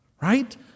Right